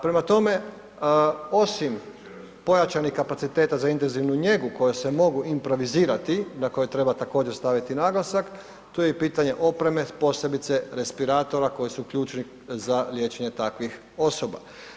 Prema tome, osim pojačanih kapaciteta za intenzivnu njegu koji se mogu improvizirati, na koje treba također staviti naglasak, tu je i pitanje opreme, posebice respiratora koji su ključni za liječenje takvih osoba.